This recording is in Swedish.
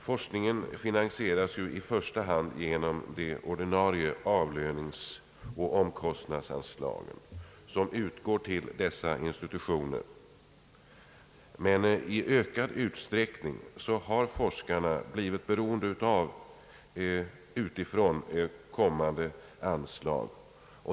Forskningen finansieras i första hand genom de ordinarie avlöningsoch omkostnadsanslag som utgår till institutionerna. Men i ökad utsträckning har forskarna blivit beroende av utifrån kommande anslag.